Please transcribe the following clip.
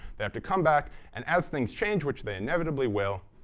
they have to come back and, as things change, which they inevitably will,